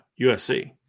USC